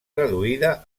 traduïda